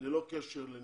ללא קשר לנכות?